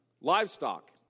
livestock